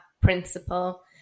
principle